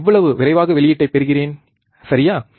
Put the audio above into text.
நான் எவ்வளவு விரைவாக வெளியீட்டைப் பெறுகிறேன் சரியா